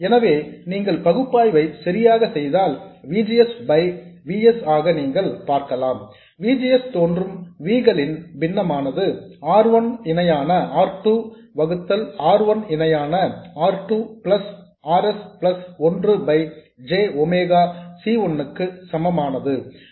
எனவே நீங்கள் பகுப்பாய்வை சரியாக செய்தால் V G S by V s ஆக நீங்கள் பார்க்கலாம் V G S தோன்றும் V களின் பின்னமானது R 1 இணையான R 2 வகுத்தல் R 1 இணையான R 2 plus R s plus ஒன்று பை j ஒமேகா C 1 க்கு சமமானது ஆகும்